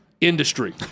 industry